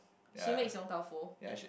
she makes Yong-Tau-Foo